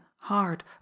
hard